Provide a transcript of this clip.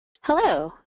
Hello